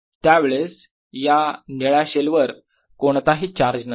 पण त्यावेळेस या निळ्या शेल वर कोणताही चार्ज नसेल